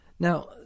Now